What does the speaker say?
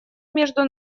между